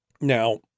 Now